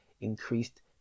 increased